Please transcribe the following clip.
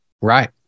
Right